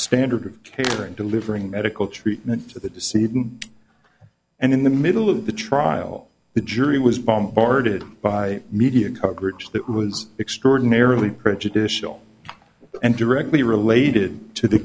standard of care in delivering medical treatment for the deceit and in the middle of the trial the jury was bombarded by media coverage that was extraordinarily prejudicial and directly related to the